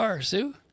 Sue